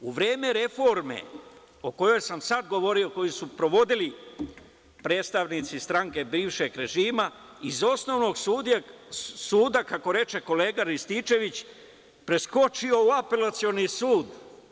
U vreme reforme o kojoj sam sad govorio, koju su provodili predstavnici stranke bivšeg režima, iz osnovnog suda, kako reče kolega Rističević, preskočio u Apelacioni sud.